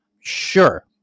Sure